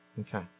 Okay